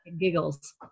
giggles